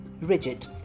rigid